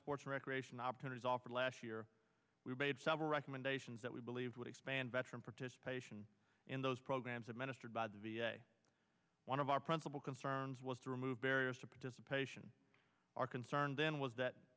sports recreation opportunities offered last year we've made several recommendations that we believe would expand veteran participation in those programs administered by the v a one of our principal concerns was to remove barriers to participation are concerned then was that